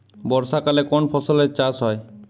বর্ষাকালে কোন ফসলের চাষ হয়?